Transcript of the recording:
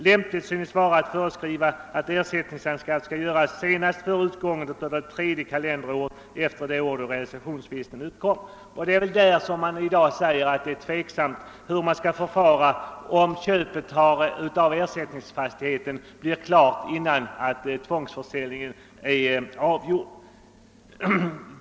Lämpligt synes mig vara att föreskriva att ersättningsanskaffningen skall göras senast före utgången av det tredje kalenderåret efter det år, då realisationsvinsten uppkom.» Men det torde vara detta uttalande som endast berör tidpunkten efter tvångsförsäljningen som gör att det i dag förefaller tveksamt hur man skall förfara om köpet av ersättningsfastighet blir klart innan tvångsförsäljningen har avgjorts.